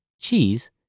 cheese